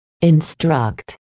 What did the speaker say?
Instruct